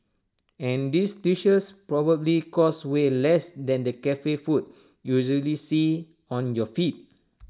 and these dishes probably cost way less than the Cafe food you usually see on your feed